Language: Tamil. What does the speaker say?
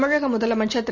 தமிழக முதலமைச்சர் திரு